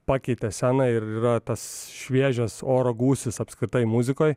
pakeitė sceną ir yra tas šviežias oro gūsis apskritai muzikoj